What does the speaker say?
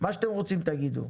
מה שאתם רוצים תגידו.